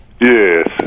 Yes